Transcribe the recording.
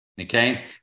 Okay